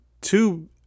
two